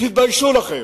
תתביישו לכם.